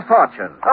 Fortune